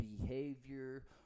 behavior